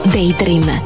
Daydream